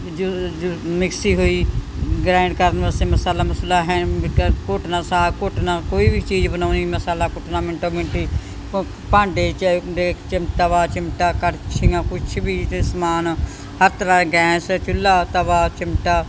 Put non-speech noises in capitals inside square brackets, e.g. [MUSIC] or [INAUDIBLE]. mixie ਹੋਈ grind ਕਰਨ ਵਾਸਤੇ ਮਸਾਲਾ ਮਸੁਲਾ ਹੈ ਘੋਟਨਾ ਸਾਗ ਘੋਟਨਾ ਕੋਈ ਵੀ ਚੀਜ਼ ਬਣਾਉਣੀ ਮਸਾਲਾ ਕੁੱਟਣਾ ਮਿੰਟੋ ਮਿੰਟ ਭਾਂਡੇ [UNINTELLIGIBLE] ਚਿਮਟਾ ਵਾ ਚਿਮਟਾ ਕੜਛੀਆਂ ਕੁਛ ਵੀ ਅਤੇ ਸਮਾਨ ਹਰ ਤਰਾਂ ਦਾ ਗੈਸ ਚੁੱਲ੍ਹਾ ਤਵਾ ਚਿਮਟਾ